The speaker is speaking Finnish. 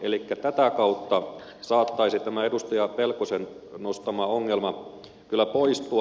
elikkä tätä kautta saattaisi tämä edustaja pelkosen nostama ongelma kyllä poistua